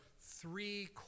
three